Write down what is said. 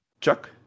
Chuck